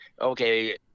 okay